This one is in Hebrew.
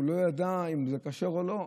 והוא לא ידע אם זה כשר או לא.